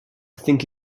think